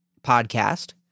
podcast